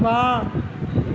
ਵਾਹ